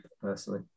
personally